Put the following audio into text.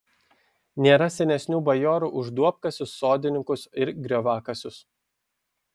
nėra senesnių bajorų už duobkasius sodininkus ir grioviakasius